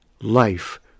life